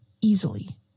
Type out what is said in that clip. easily